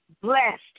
Blessed